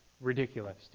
ridiculous